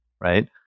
right